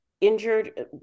injured